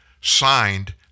signed